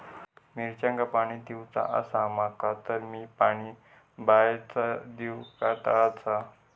मिरचांका पाणी दिवचा आसा माका तर मी पाणी बायचा दिव काय तळ्याचा?